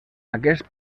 aquest